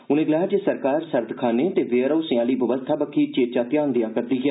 उन्ने गलाया जे सरकार सर्दखाने ते वेयरहाउसें आह्नी बवस्था बक्खी चेचा ध्यान देआ करदी ऐ